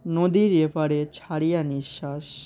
নদীর এপারে ছাড়িয়া নিঃশ্বাস